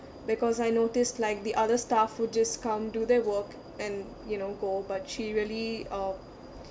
because I notice like the other staff would just come do their work and you know go but she really uh